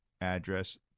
address